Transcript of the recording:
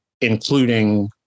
including